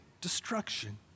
destruction